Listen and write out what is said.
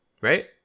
right